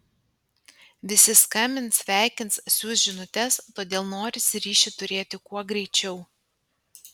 visi skambins sveikins siųs žinutes todėl norisi ryšį turėti kuo greičiau